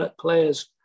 players